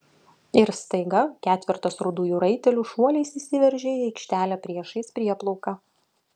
ir staiga ketvertas rudųjų raitelių šuoliais įsiveržė į aikštelę priešais prieplauką